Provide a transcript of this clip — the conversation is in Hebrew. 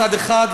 מצד אחד,